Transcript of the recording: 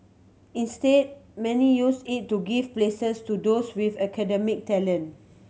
instead many use it to give places to those with academic talent